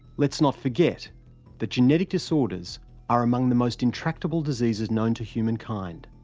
let's not forget that genetic disorders are among the most intractable diseases known to humankind.